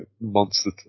monster